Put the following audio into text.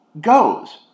goes